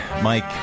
Mike